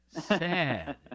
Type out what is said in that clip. Sad